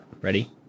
Ready